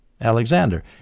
Alexander